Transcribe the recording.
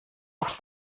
auf